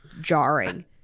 jarring